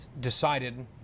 decided